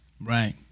Right